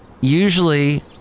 Usually